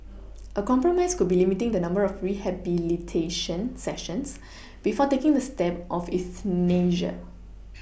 a compromise could be limiting the number of rehabilitation sessions before taking the step of euthanasia